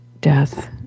death